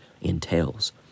entails